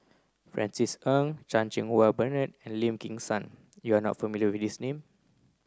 Francis Ng Chan Cheng Wah Bernard and Lim Kim San you are not familiar with these name